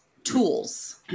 tools